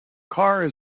car